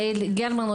יעל גרמן,